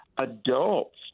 adults